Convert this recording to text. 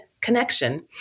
connection